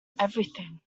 everything